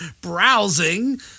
browsing